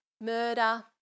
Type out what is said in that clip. murder